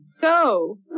Go